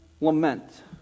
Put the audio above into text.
lament